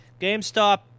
GameStop